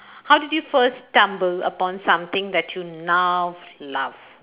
how did you first stumbled upon something that you now love